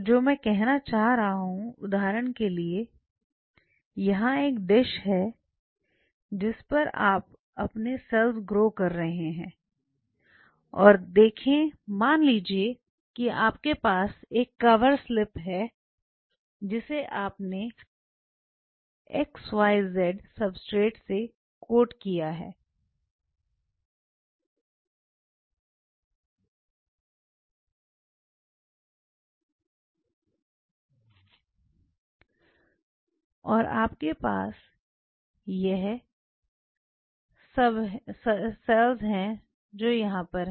जो मैं कहना चाह रहा हूं उदाहरण के लिए यहां एक डिश है जिस पर आप अपने सेल्स ग्रो कर रहे हैं और देखें मान लीजिए कि आपके पास एक कवर स्लिप है जिसे आपने एक्स वाई जेड सबस्ट्रेट से कोर्ट किया हुआ है और आपके पास यह सब हैं जो यहां पर हैं